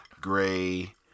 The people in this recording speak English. gray